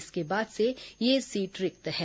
इसके बाद से यह सीट रिक्त है